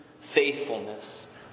faithfulness